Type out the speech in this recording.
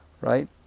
right